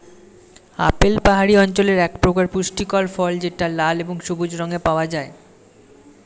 apple পাহাড়ি অঞ্চলের একপ্রকার পুষ্টিকর ফল যেটা লাল এবং সবুজ রঙে পাওয়া যায়